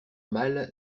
mal